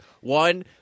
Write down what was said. one